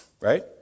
right